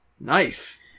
Nice